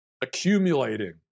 accumulating